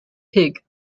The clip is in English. pig